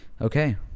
Okay